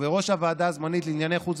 ובראש הוועדה הזמנית לענייני חוץ